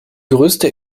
größte